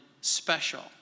special